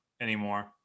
anymore